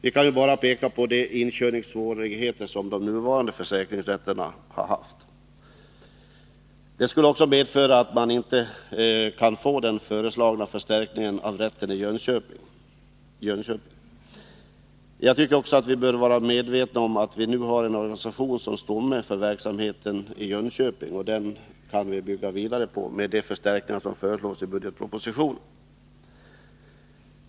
Vi kan ju bara peka på de inkörningssvårigheter som de nuvarande försäkringsrätterna har haft. Inrättandet av en försäkringsrätt i Malmö skulle också utgöra ett hinder för den föreslagna förstärkningen av rätten i Jönköping. Vi bör vara medvetna om att vi nu har en organisation som stomme för verksamheten i Jönköping som vi kan bygga vidare på med de förstärkningar som föreslås i budgetpropositionen.